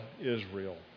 Israel